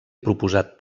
proposat